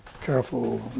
careful